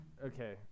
Okay